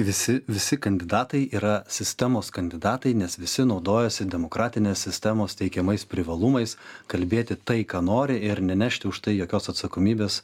visi visi kandidatai yra sistemos kandidatai nes visi naudojasi demokratinės sistemos teikiamais privalumais kalbėti tai ką nori ir nenešti už tai jokios atsakomybės